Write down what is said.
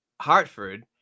Hartford